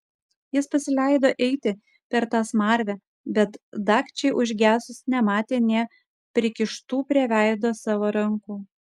jis pasileido eiti per tą smarvę bet dagčiai užgesus nematė net prikištų prie veido savo rankų